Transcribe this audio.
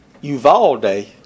Uvalde